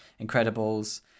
Incredibles